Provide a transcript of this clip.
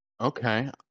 Okay